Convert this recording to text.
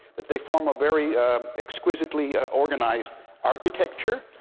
that they form a very exquisitely ah organized architecture,